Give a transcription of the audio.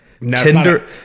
tinder